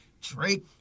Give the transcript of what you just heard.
Drake